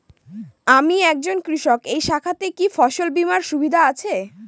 আমি একজন কৃষক এই শাখাতে কি ফসল বীমার সুবিধা আছে?